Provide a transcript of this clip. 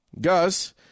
Gus